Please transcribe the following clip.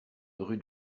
rue